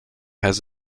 has